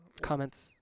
comments